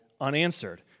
unanswered